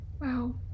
wow